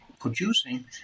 producing